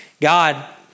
God